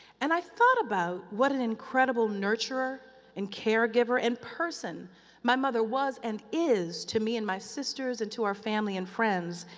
and i thought about what an incredible nurturer and caregiver and person my mother was and is to me and my sisters and to our family and friends,